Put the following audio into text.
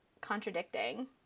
contradicting